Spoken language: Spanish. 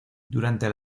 durante